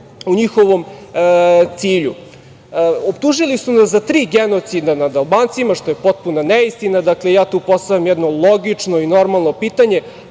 u njihovom cilju. Optužili su nas za tri genocida nad Albancima, što je potpuna neistina. Dakle, ja tu postavljam jedno logično i normalno pitanje